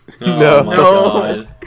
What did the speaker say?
no